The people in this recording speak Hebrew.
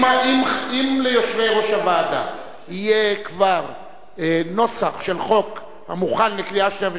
אם ליושבי-ראש הוועדה יהיה כבר נוסח של חוק המוכן לקריאה שנייה ושלישית,